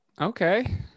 Okay